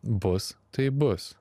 bus tai bus